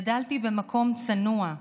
גדלתי במקום צנוע,